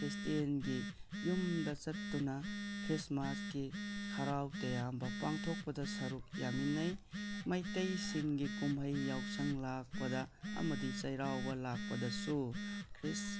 ꯈ꯭ꯔꯤꯁꯇꯤꯌꯥꯟꯒꯤ ꯌꯨꯝꯗ ꯆꯠꯇꯨꯅ ꯈ꯭ꯔꯤꯁꯃꯥꯁꯀꯤ ꯍꯔꯥꯎ ꯇꯌꯥꯝꯕ ꯄꯥꯡꯊꯣꯛꯄꯗ ꯁꯔꯨꯛ ꯌꯥꯃꯤꯟꯅꯩ ꯃꯩꯇꯩꯁꯤꯡꯒꯤ ꯀꯨꯝꯍꯩ ꯌꯥꯎꯁꯪ ꯂꯥꯛꯄꯗ ꯑꯃꯗꯤ ꯆꯩꯔꯥꯎꯕ ꯂꯥꯛꯄꯗꯁꯨ ꯈ꯭ꯔꯤꯁ